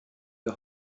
wir